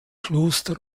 kloster